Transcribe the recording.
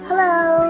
Hello